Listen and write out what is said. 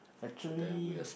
actually